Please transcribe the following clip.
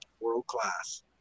world-class